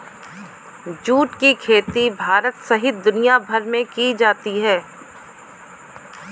जुट की खेती भारत सहित दुनियाभर में की जाती है